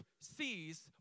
sees